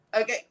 Okay